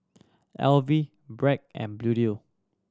Alive Bragg and Bluedio